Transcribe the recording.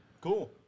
Cool